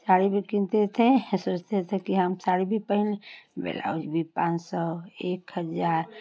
साड़ी भी किनते थे आ सोचते थे कि हम साड़ी भी पहने बिलाउज भी पाँच सौ एक हजार